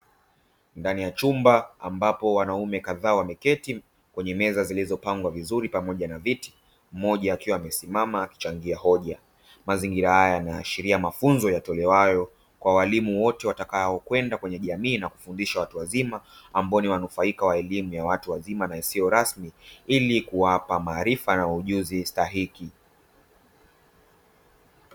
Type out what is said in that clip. Ndani ya chumba, ambapo wanaume kadhaa wameketi kwenye meza zilizopangwa vizuri pamoja na viti, mmoja akiwa amesimama akichangia hoja. Mazingira haya yanaashiria mafunzo yatolewayo kwa walimu wote watakaokwenda kwenye jamii na kuwafundisha watu wazima, ambao ni wanufaika wa elimu ya watu wazima na isiyo rasmi ili kuwapa maarifa na ujuzi stahiki.